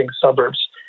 Suburbs